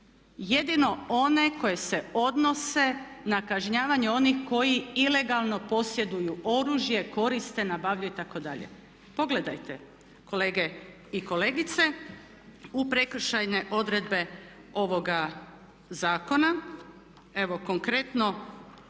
jedino one koje se odnose na kažnjavanje onih koji ilegalno posjeduju oružje, koriste, nabavljaju itd. Pogledajte kolege i kolegice u prekršajne odredbe ovoga zakona, evo konkretno